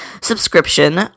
Subscription